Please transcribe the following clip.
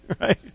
right